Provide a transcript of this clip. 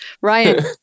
Ryan